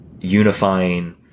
unifying